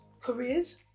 careers